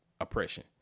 oppression